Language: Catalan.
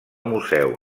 museu